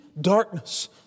darkness